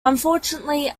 unfortunately